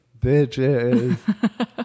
Bitches